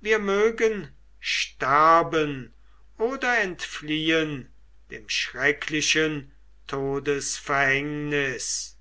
wir mögen sterben oder entfliehen dem schrecklichen todesverhängnis